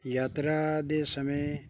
ਯਾਤਰਾ ਦੇ ਸਮੇਂ